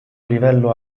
livello